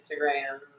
Instagram